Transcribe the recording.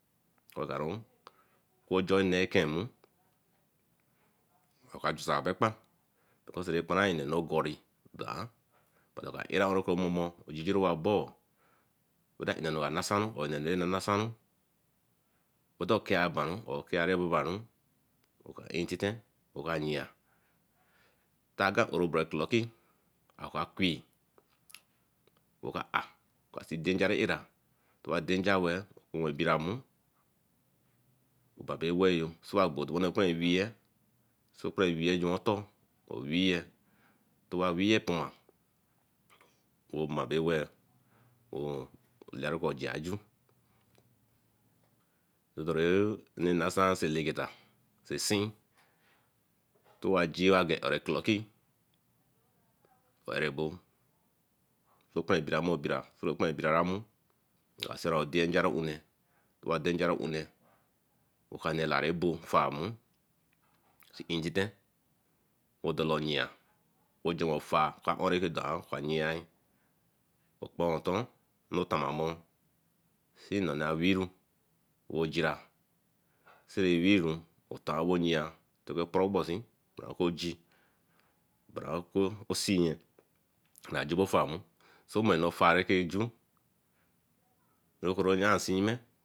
Ogarain wojo neẽ eken nmu okajusa beh ekpan because rah kparan inne ogori do an but oka era on ko mamo ejiri mo abor era enu ka nasaru or enu ranasaru odekie abanron okiere babanru oka intite oka yia, otar obere clocki aowe key qui ra oka are oka see danja ray era, danja weeh, biramu ban beh eeh yo obo gbo okunne ray okа kparun wee wee ye juan otor o weeye. Weeye toma o mar bay weeh ye toma omabeweeh laya ko a ja ju redore ank nasan sey egeta se seen tay oya gee tay aro clocki abo okapunnu biramu oo bira okun biraramu are se see on de njo onneẽ oka nee larre bo far mu see eeh intite yo dola oyie wey jonwe ofar yea, okponto see nonne weeru oqira see weeru otonwoyea okporon gbosin tora kojin dorako osinye baji kwa ofar, ofar rekeju reke royansee nyime.